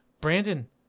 Brandon